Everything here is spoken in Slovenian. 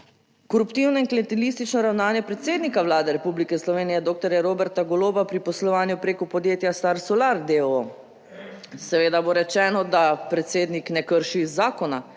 Koruptivno in klientelistično ravnanje predsednika Vlade Republike Slovenije, doktorja Roberta Goloba pri poslovanju preko podjetja Star Solar deoo. Seveda bo rečeno, da predsednik ne krši zakona,